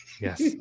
Yes